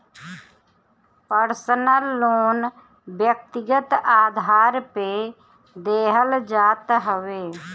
personal loan व्यक्तिगत आधार पे देहल जात हवे